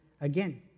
again